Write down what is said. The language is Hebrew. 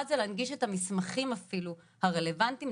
להנגיש את המסמכים הרלוונטיים,